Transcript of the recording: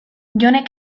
jonek